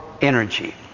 energy